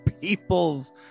people's